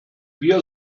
wir